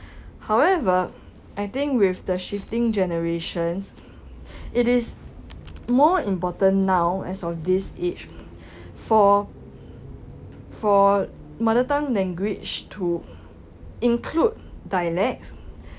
however I think with the shifting generations it is more important now as of this age for for mother tongue language to include dialect